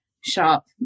shop